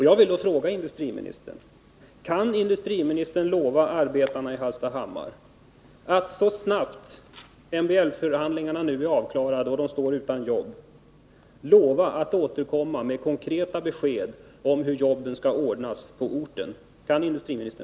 Jag vill fråga industriministern: Kan industriministern lova arbetarna i Hallstahammar att, så snart MBL-förhandlingarna är klara och de står utan jobb, återkomma med konkreta besked om hur jobben skall ordnas på orten?